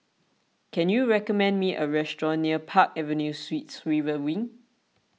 can you recommend me a restaurant near Park Avenue Suites River Wing